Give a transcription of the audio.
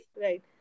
right